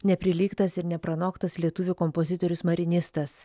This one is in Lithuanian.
neprilygtas ir nepranoktas lietuvių kompozitorius marinistas